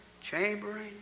chambering